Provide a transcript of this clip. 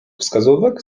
wskazówek